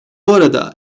arada